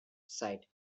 site